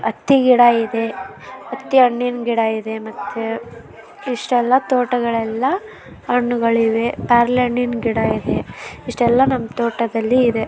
ಅತ್ತಿ ಗಿಡ ಇದೆ ಅತ್ತಿ ಹಣ್ಣಿನ್ ಗಿಡ ಇದೆ ಮತ್ತು ಇಷ್ಟೆಲ್ಲ ತೋಟಗಳೆಲ್ಲ ಹಣ್ಣುಗಳಿವೆ ಪೇರ್ಲೆ ಹಣ್ಣಿನ ಗಿಡ ಇದೆ ಇಷ್ಟೆಲ್ಲ ನಮ್ಮ ತೋಟದಲ್ಲಿ ಇದೆ